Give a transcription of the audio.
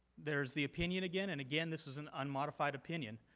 there is the opinion again and again, this is an unmodified opinion.